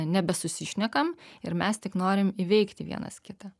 nebesusišnekam ir mes tik norim įveikti vienas kitą